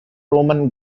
roman